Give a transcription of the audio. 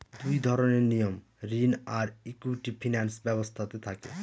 দুই ধরনের নিয়ম ঋণ আর ইকুইটি ফিনান্স ব্যবস্থাতে থাকে